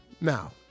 Now